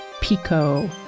Pico